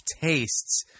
tastes